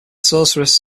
sorceress